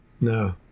No